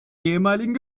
ehemaligen